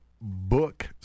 book